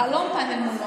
חלום, פאנל מולו.